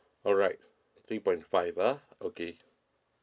alright three point five ah okay